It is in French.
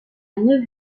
neuf